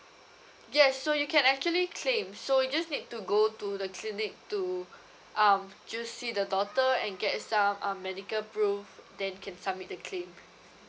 yes so you can actually claim so you just need to go to the clinic to um just see the doctor and get some um medical proof then you can submit the claim